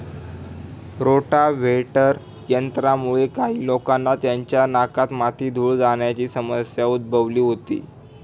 rotavator यंत्रामुळे काही लोकांना त्यांच्या नाकात माती, धूळ जाण्याची समस्या उद्भवली होती